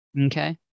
okay